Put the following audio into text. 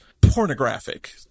pornographic